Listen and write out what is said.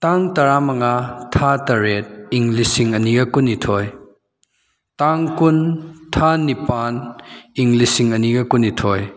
ꯇꯥꯡ ꯇꯔꯥꯃꯉꯥ ꯊꯥ ꯇꯔꯦꯠ ꯏꯪ ꯂꯤꯁꯤꯡꯑꯅꯤꯒ ꯀꯨꯟꯅꯤꯊꯣꯏ ꯇꯥꯡ ꯀꯨꯟ ꯊꯥ ꯅꯤꯄꯥꯜ ꯏꯪ ꯂꯤꯁꯤꯡꯑꯅꯤꯒ ꯀꯨꯟꯅꯤꯊꯣꯏ